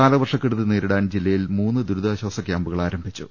കാലവർഷക്കെടുതി നേരിടാൻ ജില്ലയിൽ മൂന്ന് ദുരി താശ്വാസ ക്യാംപുകൾ ആരംഭിച്ചു